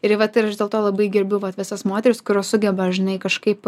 ir į vat ir aš dėl to labai gerbiu vat visas moteris kurios sugeba žinai kažkaip